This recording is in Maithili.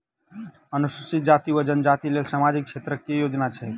अनुसूचित जाति वा जनजाति लेल सामाजिक क्षेत्रक केँ योजना छैक?